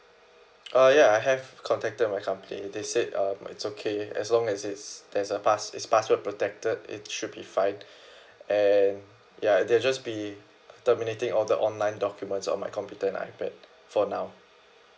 uh ya I have contacted my company they said uh it's okay as long as it's there's a pass is password protected it should be fine and ya they'll just be terminating all the online documents on my computer and ipad for now